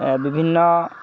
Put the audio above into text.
ବିଭିନ୍ନ